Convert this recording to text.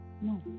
No